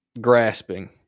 grasping